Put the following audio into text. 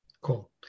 Cool